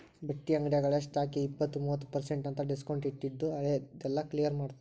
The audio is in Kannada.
ಬಟ್ಟಿ ಅಂಗ್ಡ್ಯಾಗ ಹಳೆ ಸ್ಟಾಕ್ಗೆ ಇಪ್ಪತ್ತು ಮೂವತ್ ಪರ್ಸೆನ್ಟ್ ಅಂತ್ ಡಿಸ್ಕೊಂಟ್ಟಿಟ್ಟು ಹಳೆ ದೆಲ್ಲಾ ಕ್ಲಿಯರ್ ಮಾಡ್ತಾರ